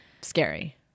Scary